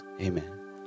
Amen